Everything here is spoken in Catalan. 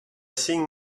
cinc